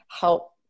help